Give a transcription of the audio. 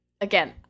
again